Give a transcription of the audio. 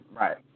right